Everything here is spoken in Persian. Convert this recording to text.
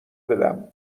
بدم